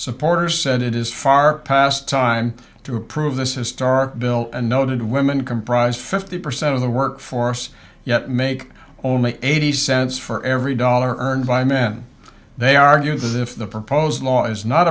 supporters said it is far past time to approve this istar bill and noted women comprise fifty percent of the workforce yet make only eighty cents for every dollar earned by men they argue that if the proposed law is not